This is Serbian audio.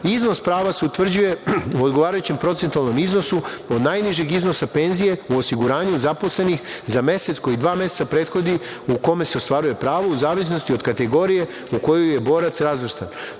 prava se utvrđuje u odgovarajućem procentualnom iznosu od najnižeg iznosa penzije u osiguranju zaposlenih za mesec koji dva meseca prethodi u kome se ostvaruje pravo u zavisnosti od kategorije u koju je borac razvrstan.